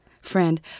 Friend